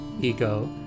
ego